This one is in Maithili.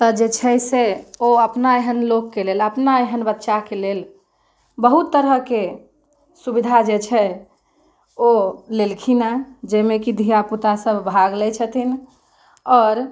तऽ जे छै से ओ अपना एहन लोकके लेल अपना एहन बच्चाके लेल बहुत तरहके सुविधा जे छै ओ लेलखिन हँ जाहिमे कि धियापुता सभ भाग लै छथिन आओर